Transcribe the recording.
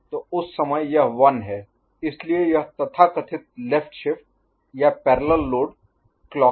तो उस समय यह 1 है इसलिए यह तथाकथित लेफ्ट शिफ्ट या पैरेलल लोड क्लॉक